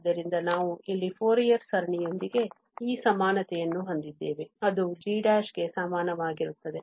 ಆದ್ದರಿಂದ ನಾವು ಇಲ್ಲಿ ಫೋರಿಯರ್ ಸರಣಿಯೊಂದಿಗೆ ಈ ಸಮಾನತೆಯನ್ನು ಹೊಂದಿದ್ದೇವೆ ಅದು g ಗೆ ಸಮಾನವಾಗಿರುತ್ತದೆ